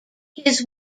his